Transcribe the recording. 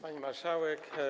Pani Marszałek!